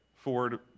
Ford